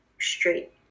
straight